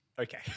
okay